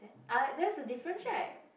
ah that's the difference right